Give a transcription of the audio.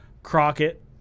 Crockett